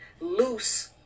loose